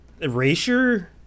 erasure